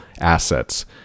assets